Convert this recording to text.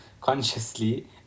consciously